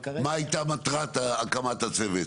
מה הייתה מטרת הקמת הצוות?